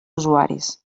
usuaris